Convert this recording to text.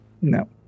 No